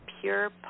pure